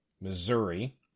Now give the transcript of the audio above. Missouri